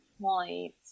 point